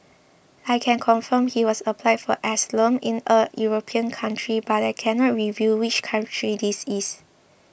I can confirm he has applied for asylum in a European country but I cannot reveal which country this is